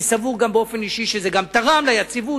אני סבור גם באופן אישי שזה גם תרם ליציבות